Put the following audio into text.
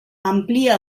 amplia